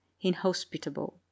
inhospitable